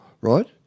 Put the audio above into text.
right